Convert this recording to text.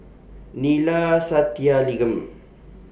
Neila Sathyalingam